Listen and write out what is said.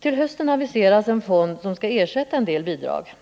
Till hösten aviseras en fond som skall ersätta en del bidrag.